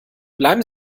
bleiben